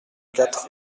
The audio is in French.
quatre